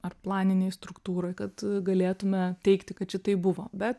ar planinėj struktūroj kad galėtume teigti kad šitaip buvo bet